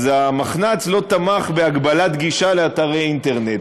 אז המחנ"צ לא תמך בהגבלת גישה לאתרי אינטרנט.